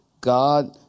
God